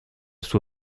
suo